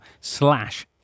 slash